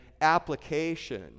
application